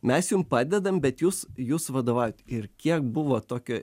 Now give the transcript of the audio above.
mes jum padedam bet jūs jūs vadovaujat ir kiek buvo tokio